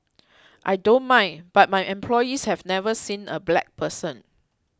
I don't mind but my employees have never seen a black person